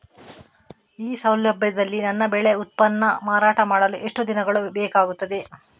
ಈ ಸೌಲಭ್ಯದಲ್ಲಿ ನನ್ನ ಬೆಳೆ ಉತ್ಪನ್ನ ಮಾರಾಟ ಮಾಡಲು ಎಷ್ಟು ದಿನಗಳು ಬೇಕಾಗುತ್ತದೆ?